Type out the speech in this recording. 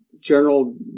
general